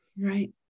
Right